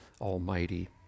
Almighty